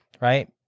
right